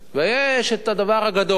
ויש הדבר הגדול,